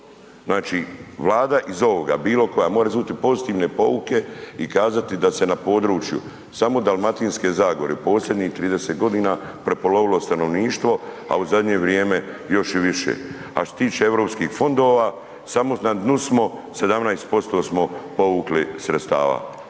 znači Vlada iz ovoga, bilokoja mora izvući pozitivne pouke i kazati da se na području samo Dalmatinske zagore, u posljednjih 30 g. prepolovilo stanovništvo a u zadnje vrijeme još i više. A što se tiče europskih fondova, na dnu samo, 17% povukli sredstva,